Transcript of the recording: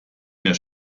mehr